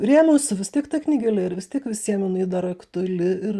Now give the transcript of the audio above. rėmiausi vis tiek ta knygele ir vis tiek visiem jinai dar aktuali ir